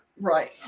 Right